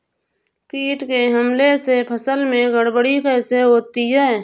कीट के हमले से फसल में गड़बड़ी कैसे होती है?